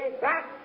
back